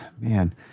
man